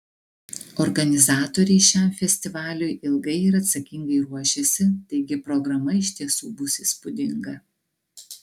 organizatoriai šiam festivaliui ilgai ir atsakingai ruošėsi taigi programa iš tiesų bus įspūdinga